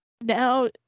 Now